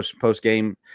post-game